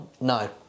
no